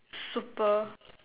super